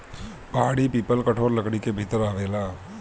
पहाड़ी पीपल कठोर लकड़ी के भीतर आवेला